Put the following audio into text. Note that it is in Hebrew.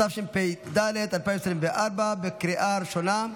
(תיקון), התשפ"ד 2024, לקריאה הראשונה.